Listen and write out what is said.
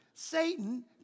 Satan